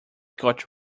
got